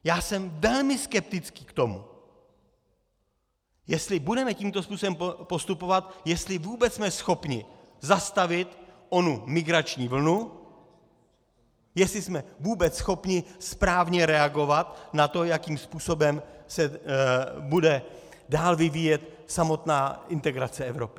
Já jsem velmi skeptický k tomu, jestli budeme tímto způsobem postupovat, jestli jsme vůbec schopni zastavit onu migrační vlnu, jestli jsme vůbec schopni správně reagovat na to, jakým způsobem se bude dále vyvíjet samotná integrace Evropy.